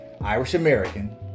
Irish-American